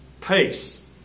peace